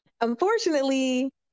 Unfortunately